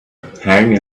pang